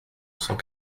cent